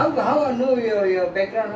you were there at my elder brother's wedding